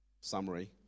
summary